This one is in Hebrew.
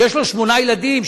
שיש לו שמונה ילדים,